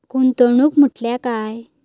गुंतवणूक म्हटल्या काय?